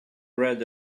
read